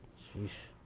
geesh.